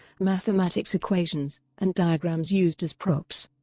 mathematics equations, and diagrams used as props.